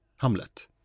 Hamlet